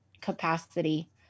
capacity